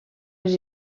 les